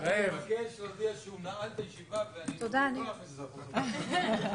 הישיבה ננעלה בשעה 12:20.